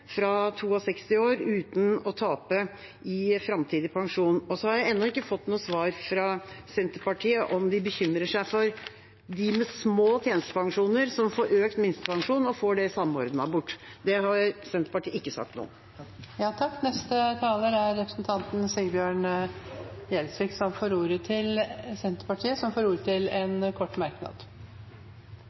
fra 62 år uten å tape i framtidig pensjon. Og så har jeg ennå ikke fått noe svar fra Senterpartiet om de bekymrer seg for dem med små tjenestepensjoner, som får økt minstepensjon og får det samordnet bort. Det har Senterpartiet ikke sagt noe om. Representanten Sigbjørn Gjelsvik har hatt ordet to ganger tidligere og får ordet til en kort merknad,